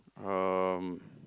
um